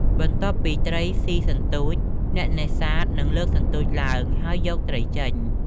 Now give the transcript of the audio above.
បន្ទាប់ពីត្រីសុីសន្ទូច អ្នកនេសាទនឹងលើកសន្ទួចឡើង ហើយយកត្រីចេញ។